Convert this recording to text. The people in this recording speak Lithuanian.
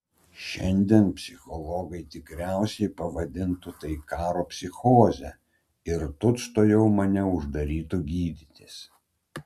šiandien psichologai tikriausiai pavadintų tai karo psichoze ir tučtuojau mane uždarytų gydytis